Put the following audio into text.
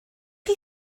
chi